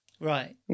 right